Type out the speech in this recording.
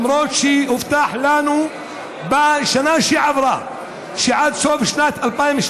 למרות שהובטח לנו בשנה שעברה שעד סוף שנת 2017